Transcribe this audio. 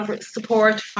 support